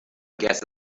guess